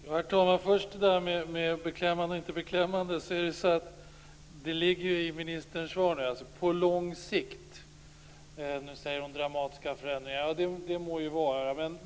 Herr talman! Är det beklämmande eller inte? Ministern talar om dramatiska förändringar på lång sikt. Det må vara.